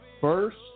first